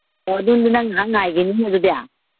ꯑꯣ ꯑꯗꯨꯗꯤ ꯅꯪ ꯉꯥꯏꯍꯥꯛ ꯉꯥꯏꯒꯤꯅꯤ ꯑꯗꯨꯗꯤ